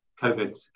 COVID